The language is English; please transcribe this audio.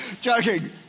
Joking